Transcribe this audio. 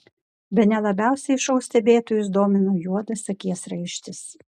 bene labiausiai šou stebėtojus domino juodas akies raištis